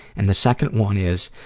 and the second one is,